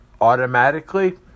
automatically